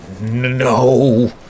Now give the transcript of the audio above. no